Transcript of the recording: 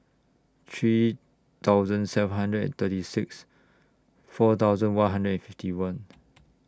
three thousand seven hundred and thirty six four thousand one hundred and fifty one